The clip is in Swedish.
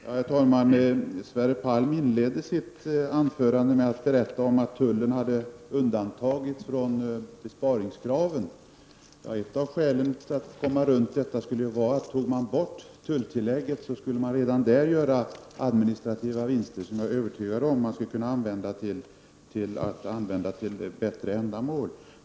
Herr talman! Sverre Palm inledde sitt anförande med att berätta om att tullen hade undantagits från besparingskraven. Ett sätt att komma runt detta skulle vara t.ex. att tulltillägget togs bort. Redan där skulle göras administrativa vinster, som jag är övertygad om skulle kunna användas till bättre ändamål.